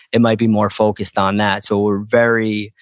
it might be more focused on that. so, we're very,